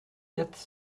quatre